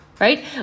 right